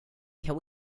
can